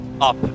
up